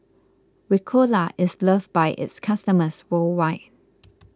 Ricola is loved by its customers worldwide